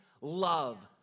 love